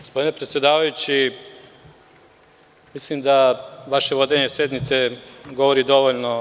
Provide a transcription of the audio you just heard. Gospodin predsedavajući, mislim da vaše vođenje sednice govori dovoljno o